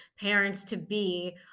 parents-to-be